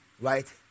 right